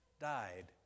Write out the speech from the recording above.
died